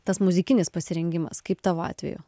tas muzikinis pasirengimas kaip tavo atveju